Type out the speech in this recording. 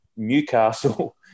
Newcastle